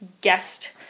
guest